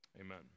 Amen